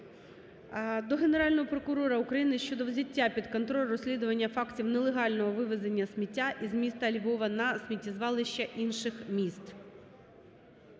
до Генерального прокурора України щодо взяття під контроль розслідування фактів нелегального вивезення сміття із міста Львова на сміттєзвалища інших міст.